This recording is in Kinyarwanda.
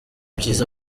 byiza